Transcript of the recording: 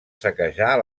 saquejar